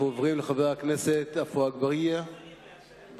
אנחנו עוברים לחבר הכנסת עפו אגבאריה, בבקשה,